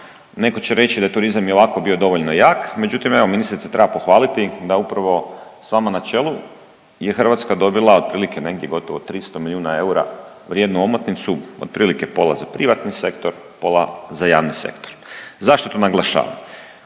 netko će reći da je turizam i ovako bio dovoljno jak. Međutim, evo ministrice treba pohvaliti da upravo sa vama na čelu je Hrvatska dobila otprilike negdje gotovo 300 milijuna eura vrijednu omotnicu otprilike pola za privatni sektor, pola za javni sektor. Zašto to naglašavam?